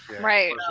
Right